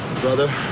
brother